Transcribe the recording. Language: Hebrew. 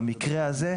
במקרה הזה,